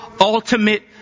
ultimate